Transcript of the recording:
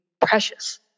Precious